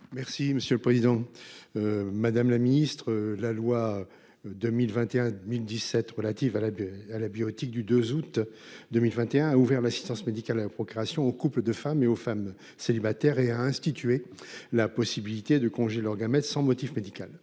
Merci monsieur le président. Madame la ministre, la loi 2021 1017 relative à la à la bioéthique du 2 août 2021 a ouvert l'assistance médicale à la procréation aux couples de femmes et aux femmes célibataires et à instituer. La possibilité de congés leurs gamètes sans motif médical